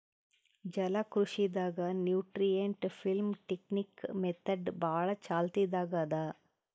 ಜಲಕೃಷಿ ದಾಗ್ nutrient film technique method ಭಾಳ್ ಚಾಲ್ತಿದಾಗ್ ಅದಾ